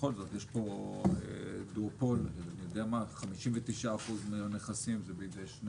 בכל זאת יש פה דואופול, 59% מהנכסים הם בידי שני